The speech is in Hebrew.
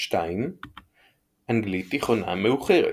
2. אנגלית תיכונה מאוחרת.